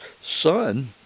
son